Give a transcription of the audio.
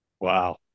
Wow